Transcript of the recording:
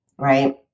Right